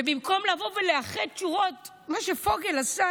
ובמקום לבוא ולאחד שורות, כמו שפוגל עשה,